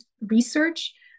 research